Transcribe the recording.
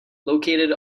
located